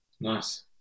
nice